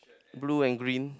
blue and green